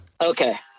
Okay